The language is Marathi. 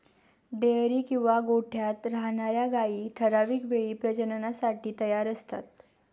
डेअरी किंवा गोठ्यात राहणार्या गायी ठराविक वेळी प्रजननासाठी तयार असतात